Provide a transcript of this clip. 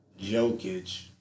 Jokic